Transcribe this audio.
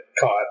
caught